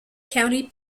county